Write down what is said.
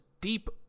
deep